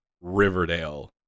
Riverdale